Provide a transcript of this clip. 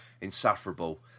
insufferable